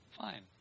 Fine